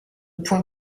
point